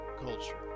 Culture